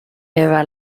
eva